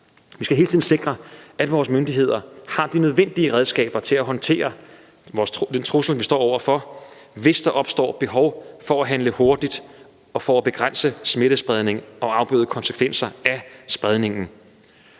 Vi skal hele tiden sikre, at vores myndigheder har de nødvendige redskaber til at håndtere den trussel, vi står over for, hvis der opstår behov for at handle hurtigt og for at begrænse smittespredningen og afbøde konsekvenser af spredningen.